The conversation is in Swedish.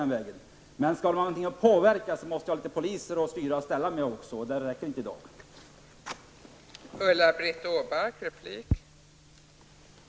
Men om man skall ha någonting att påverka måste det också finnas litet poliser att styra och ställa med, och de räcker inte till i dag.